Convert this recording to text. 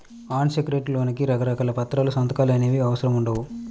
అన్ secured లోన్లకి రకరకాల పత్రాలు, సంతకాలు అనేవి అవసరం ఉండవు